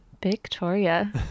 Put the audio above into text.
Victoria